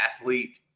athlete